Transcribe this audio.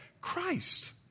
Christ